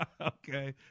Okay